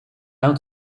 down